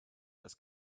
das